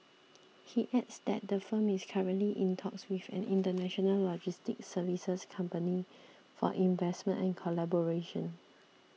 he adds that the firm is currently in talks with an international logistics services company for investment and collaboration